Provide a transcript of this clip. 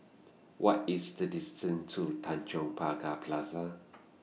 What IS The distance to Tanjong Pagar Plaza